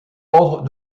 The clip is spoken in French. ordre